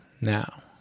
now